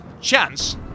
chance